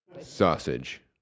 Sausage